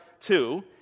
two